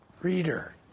Reader